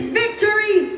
victory